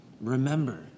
Remember